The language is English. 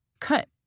cut